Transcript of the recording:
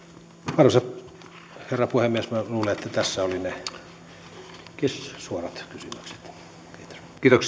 arvoisa herra puhemies minä luulen että tässä olivat ne suorat kysymykset kiitos